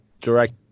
direct